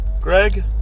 Greg